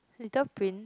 Little Prince